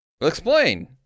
Explain